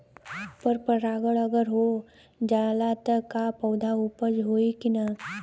पर परागण अगर हो जाला त का पौधा उपज होई की ना?